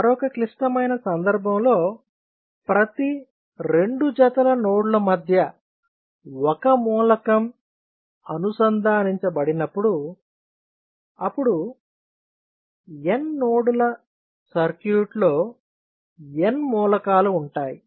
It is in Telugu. మరొక క్లిష్టమైన సందర్భంలో ప్రతి రెండు జతల నోడ్ ల మధ్య ఒక్క మూలకం అనుసంధానించబడినప్పుడు అప్పుడు n నోడ్ ల సర్క్యూట్లో n మూలకాలు ఉంటాయి